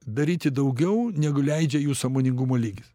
daryti daugiau negu leidžia jų sąmoningumo lygis